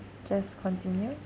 just continue